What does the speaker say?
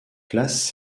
classent